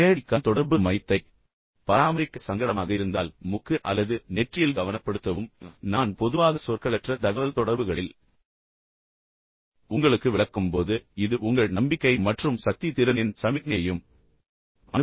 நேரடி கண் தொடர்பு மையத்தை பராமரிக்க சங்கடமாக இருந்தால் மூக்கு அல்லது நெற்றியில் கவனப்படுத்தவும் அதை நிலைநிறுத்த முயற்சிக்கவும் தோரணை ஆனால் நான் பொதுவாக சொற்களற்ற தகவல்தொடர்புகளில் உங்களுக்கு விளக்கும்போது இது உங்கள் நம்பிக்கை மற்றும் சக்தி திறனின் சமிக்ஞையையும் அனுப்புகிறது